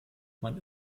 man